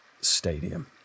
stadium